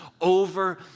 over